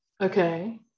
Okay